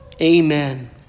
Amen